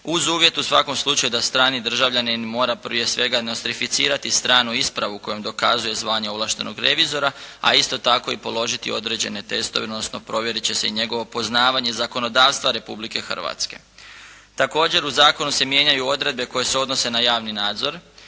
uz uvjet u svakom slučaju da strani državljanin mora prije svega nostrificirati stranu ispravu kojom dokazuje zvanje ovlaštenog revizora, a isto tako i položiti određene testove, odnosno provjeriti će se i njegovo poznavanje zakonodavstva Republike Hrvatske. Također, u zakonu se mijenjaju odredbe koje se odnose na javni nadzor.